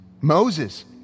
Moses